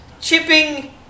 chipping